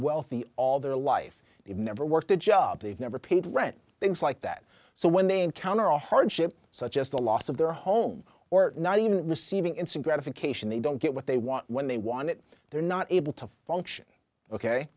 wealthy all their life they've never worked a job they've never paid rent things like that so when they encounter a hardship such as the loss of their home or not even receiving instant gratification they don't get what they want when they want it they're not able to function ok